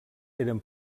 eren